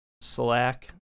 slack